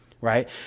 right